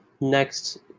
next